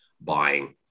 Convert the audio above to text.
buying